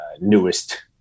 newest